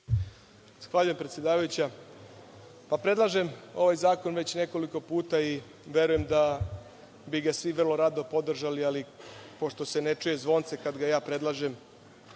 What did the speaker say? predsedavajuća. Predlažem ovaj zakon već nekoliko puta i verujem da bi ga svi vrlo rado podržali, ali pošto se ne čuje zvonce kada ga ja predlažem,